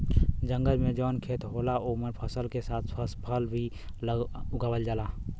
जंगल में जौन खेत होला ओमन फसल के साथ फल भी उगावल जाला